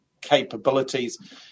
capabilities